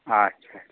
اَچھ اَچھا اَچھا